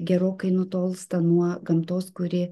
gerokai nutolsta nuo gamtos kuri